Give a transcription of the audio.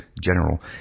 General